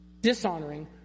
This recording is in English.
dishonoring